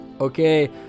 Okay